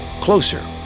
closer